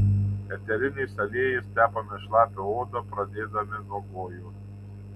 eteriniais aliejais tepame šlapią odą pradėdami nuo kojų